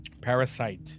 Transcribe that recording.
Parasite